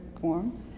form